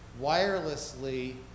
wirelessly